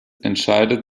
entscheidet